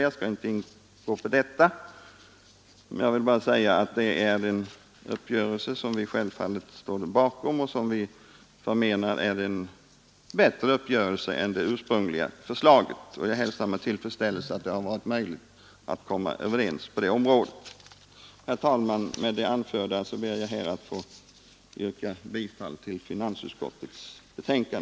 Jag skall därför inte ingå på den. Jag vill bara säga att detta är en uppgörelse som vi självfallet står bakom och som vi förmenar är bättre än det ursprungliga förslaget. Jag hälsar med tillfredsställelse att det har varit möjligt att komma överens på det området. Herr talman! Med det anförda ber jag att få yrka bifall till finansutskottets hemställan.